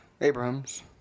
Abrahams